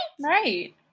Right